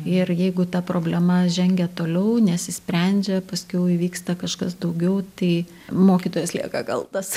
ir jeigu ta problema žengia toliau nesisprendžia paskiau įvyksta kažkas daugiau tai mokytojas lieka kaltas